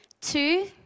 Two